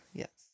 yes